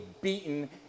beaten